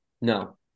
No